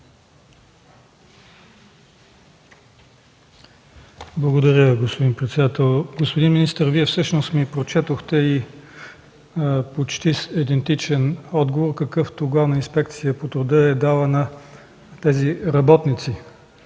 Благодаря Ви, господин председател. Господин министър, Вие всъщност ми прочетохте почти идентичен отговор, какъвто Главната инспекция по труда е дала на работниците.